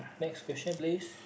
next question please